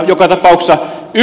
joka tapauksessa